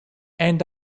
and